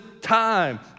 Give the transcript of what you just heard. time